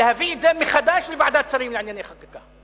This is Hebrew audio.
להביא את זה מחדש לוועדת שרים לענייני חקיקה.